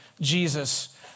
Jesus